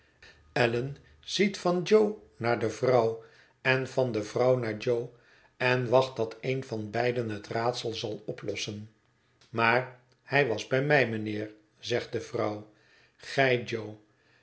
allan ziet van jo naar de vrouw en van de vrouw naar jo en wacht dat een van beiden het raadsel zal oplossen maar hij was bij mij mijnheer zegt de vrouw gij